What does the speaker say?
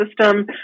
system